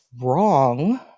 wrong